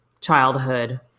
childhood